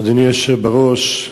אדוני היושב בראש,